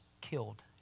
killed